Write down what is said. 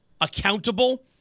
accountable